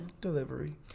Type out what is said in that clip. Delivery